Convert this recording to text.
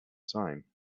time